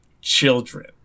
children